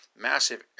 massive